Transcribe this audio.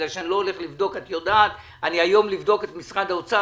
כי היום לבדוק את משרד האוצר,